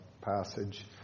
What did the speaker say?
passage